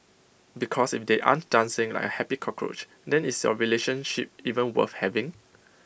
because if they aren't dancing like A happy cockroach then is your relationship even worth having